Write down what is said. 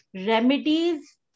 remedies